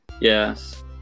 yes